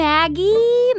Maggie